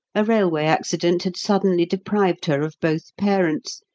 a railway accident had suddenly deprived her of both parents,